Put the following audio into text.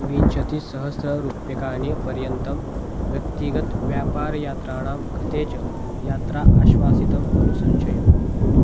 विंशतिसहस्ररूप्यकाणां पर्यन्तं व्यक्तिगतं व्यापारयात्राणां कृते च यात्रा आश्वासितम् अनुसंशय